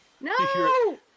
No